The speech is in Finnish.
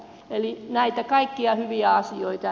eli näitä kaikkia hyviä asioita